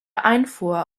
einfuhr